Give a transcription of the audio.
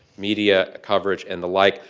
media coverage, and the like,